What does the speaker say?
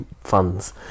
funds